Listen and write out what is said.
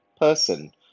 person